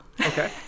Okay